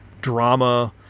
drama